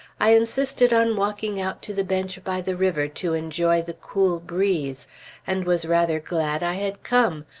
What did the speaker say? i insisted on walking out to the bench by the river to enjoy the cool breeze and was rather glad i had come,